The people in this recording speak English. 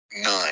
nine